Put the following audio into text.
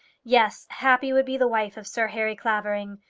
yes happy would be the wife of sir harry clavering.